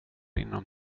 inom